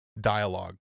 dialogue